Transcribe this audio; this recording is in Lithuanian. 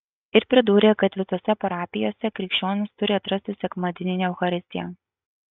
ir pridūrė kad visose parapijose krikščionys turi atrasti sekmadieninę eucharistiją